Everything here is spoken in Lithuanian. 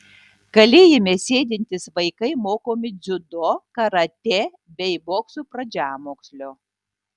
kalėjime sėdintys vaikai mokomi dziudo karatė bei bokso pradžiamokslio